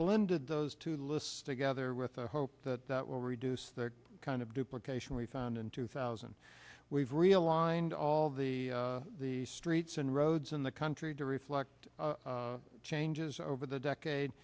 blended those two lists together with the hope that that will reduce the kind of duplication we found in two thousand we've realigned all the the streets and roads in the country to reflect changes over the decade